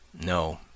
No